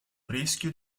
rischio